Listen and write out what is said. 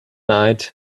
night